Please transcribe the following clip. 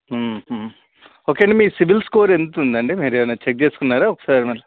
okay అండి మీ CIBIL score ఎంతుందండి మీరేవైనా చెక్ చేసుకున్నారా ఒకసారి మరి